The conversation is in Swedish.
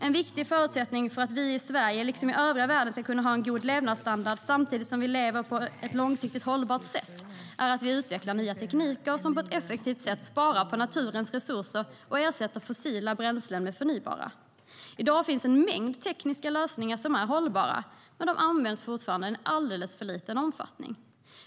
En viktig förutsättning för att vi i Sverige liksom i övriga världen ska kunna ha en god levnadsstandard samtidigt som vi lever på ett långsiktigt hållbart sätt är att vi utvecklar nya tekniker som på ett effektivt sätt sparar på naturens resurser och ersätter fossila bränslen med förnybara.I dag finns en mängd tekniska lösningar som är hållbara, men de används fortfarande i alldeles för liten omfattning.